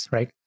Right